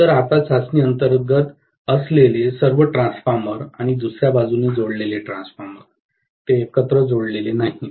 तर आता चाचणी अंतर्गत असलेले सर्व ट्रान्सफॉर्मर आणि दुसर्या बाजूने जोडलेले ट्रान्सफॉर्मर ते एकत्र जोडलेले नाहीत